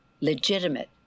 Legitimate